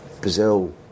Brazil